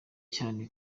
cyane